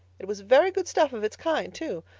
it was very good stuff of its kind, too.